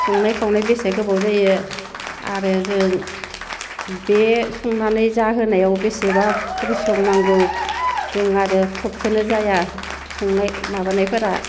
संनाय खावनाय बेसे गोबाव जायो आरो जों बे संनानै जाहोनायाव बेसेबा परिश्रम नांगौ जों आरो थबखोनो जाया संनाय माबानायफोरा